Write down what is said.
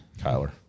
Kyler